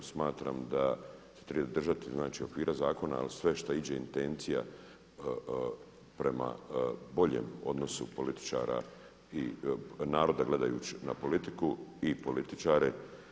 Smatram da se treba držati, znači okvira zakona ali sve šta iđe intencija prema boljem odnosu političara i naroda gledajući na politiku i političare.